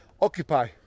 occupy